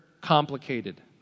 complicated